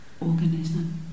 organism